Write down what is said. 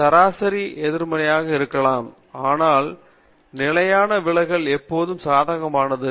சராசரி எதிர்மறையாக இருக்கலாம் ஆனால் நிலையான விலகல் எப்போதும் சாதகமானது